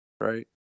right